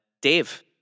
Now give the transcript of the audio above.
Dave